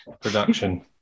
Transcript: production